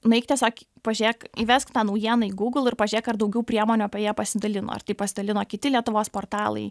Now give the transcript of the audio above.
nueik tiesiog pažiūrėk įvesk tą naujieną į gūgl ir pažiūrėk ar daugiau priemonių apie ją pasidalino ar tai pasidalino kiti lietuvos portalai